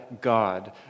God